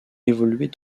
évoluer